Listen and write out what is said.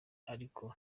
ariko